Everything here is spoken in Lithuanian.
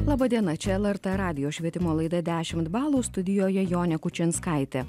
laba diena čia lrt radijo švietimo laida dešimt balų studijoje jonė kučinskaitė